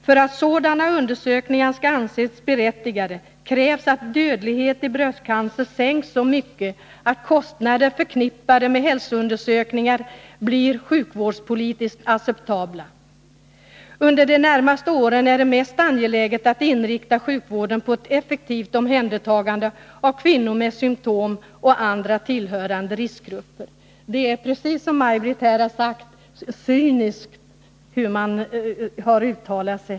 För att sådana undersökningar skall anses berättigade krävs att dödlighet i bröstcancer sänks så mycket att kostnader förknippade med hälsoundersökningar blir sjukvårdspolitiskt acceptabla. Under de närmaste åren är det mest angeläget att inrikta sjukvården på ett effektivt omhändertagande av kvinnor med symtom och andra tillhörande riskgrupper.” Detta är, precis som Maj Britt Theorin har sagt, ett cyniskt sätt att uttala sig.